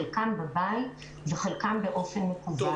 חלקם בבית וחלקם באופן מקוון.